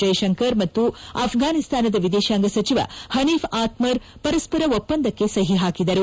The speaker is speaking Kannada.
ಜೈಶಂಕರ್ ಮತ್ತು ಅಫ್ಫಾನಿಸ್ತಾನದ ವಿದೇಶಾಂಗ ಸಚಿವ ಹನೀಫ್ ಆತ್ಮರ್ ಪರಸ್ಪರ ಒಪ್ಪಂದಕ್ಕೆ ಸಹಿ ಹಾಕಿದರು